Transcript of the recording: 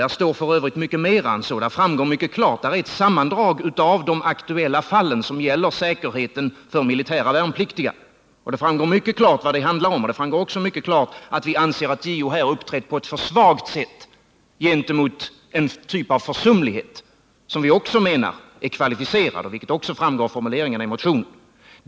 Där står f. ö. mycket mera — där finns ett sammandrag av de aktuella fallen som gäller säkerheten för militära värnpliktiga. Det framgår mycket klart vad det handlar om, och det framgår också mycket klart att vi anser att JO här uppträtt på ett för svagt sätt gentemot en typ av försumlighet som vi menar är kvalificerad, vilket även framgår av formuleringarna i motionen.